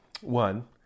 One